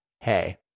hey